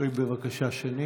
קראי בבקשה שנית.